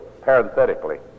parenthetically